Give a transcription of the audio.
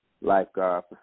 lifeguard